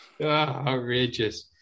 Outrageous